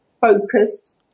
focused